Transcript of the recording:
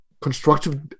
constructive